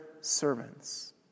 servants